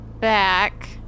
back